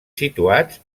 situats